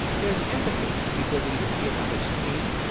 there's empathy, the ability to feel other's pain.